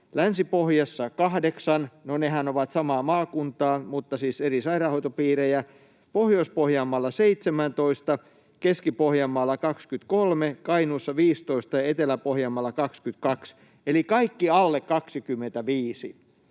Länsi-Pohjassa 8 — no nehän ovat samaa maakuntaa mutta siis eri sairaanhoitopiirejä — Pohjois-Pohjanmaalla 17, Keski-Pohjanmaalla 23, Kainuussa 15 ja Etelä-Pohjanmaalla 22, eli kaikki alle 25.